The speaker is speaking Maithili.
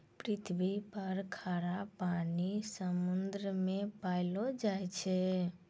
पृथ्वी पर खारा पानी समुन्द्र मे पैलो जाय छै